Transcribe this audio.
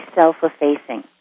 self-effacing